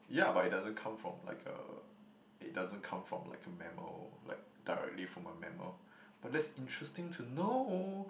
ya but it doesn't come from like a it doesn't come from like a mammal like directly from a mammal but that's interesting to know